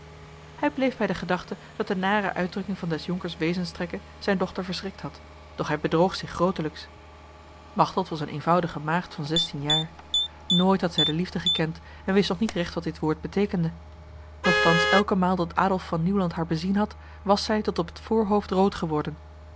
hij bleef bij de gedachte dat de nare uitdrukking van des jonkers wezenstrekken zijn dochter verschrikt had doch hij bedroog zich grotelijks machteld was een eenvoudige maagd van zestien jaar nooit had zij de liefde gekend en wist nog niet recht wat dit woord betekende nochtans elke maal dat adolf van nieuwland haar bezien had was zij tot op het voorhoofd rood geworden